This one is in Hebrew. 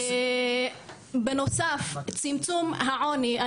בנוסף, צמצום העוני.